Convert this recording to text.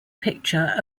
picture